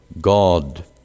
God